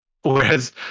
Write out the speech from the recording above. Whereas